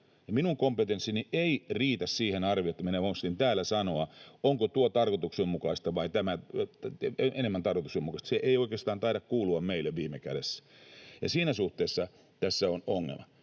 minun kompetenssini ei riitä siihen arvioon, että minä voisin täällä sanoa, onko tuo tarkoituksenmukaista vai tämä enemmän tarkoituksenmukaista. Se ei oikeastaan taida kuulua meille viime kädessä, ja siinä suhteessa tässä on ongelma.